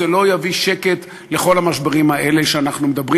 זה לא יביא שקט לכל המשברים האלה שאנחנו מדברים